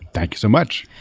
thank you so much.